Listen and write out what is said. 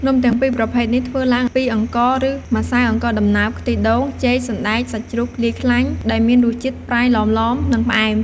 នំទាំងពីរប្រភេទនេះធ្វើឡើងពីអង្ករ ឬ ម្សៅអង្ករដំណើប ខ្ទិះដូង ចេក សណ្ដែក សាច់ជ្រូកលាយខ្លាញ់ ដែលមានរសជាតិ ប្រៃឡមៗ និងផ្អែម។